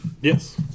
Yes